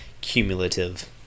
cumulative